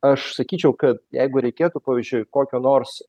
aš sakyčiau kad jeigu reikėtų pavyzdžiui kokio nors